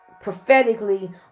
prophetically